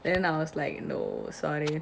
then I was like no sorry